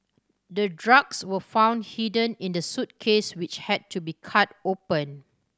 the drugs were found hidden in the suitcase which had to be cut open